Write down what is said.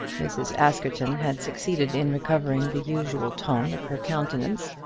mrs. askerton had succeeded in recovering the usual tone of her countenance,